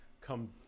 come